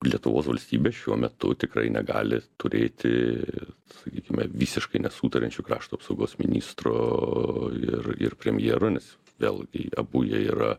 lietuvos valstybė šiuo metu tikrai negali turėti sakykime visiškai nesutariančių krašto apsaugos ministro ir ir premjero nes vėl abu jie yra